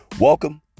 Welcome